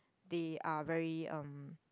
they are very um